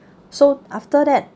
so after that